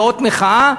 לאות מחאה,